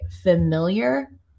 familiar